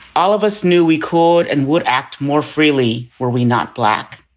all of us knew we could and would act more freely. were we not black?